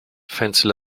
fancy